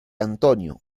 antonio